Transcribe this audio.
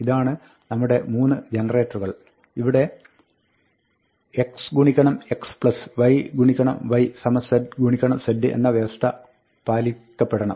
ഇതാണ് നമ്മുടെ 3 ജനറേറ്ററുകൾ ഇവിടെ xxy y z z എന്ന വ്യവസ്ഥ പാലിക്കപ്പെടണം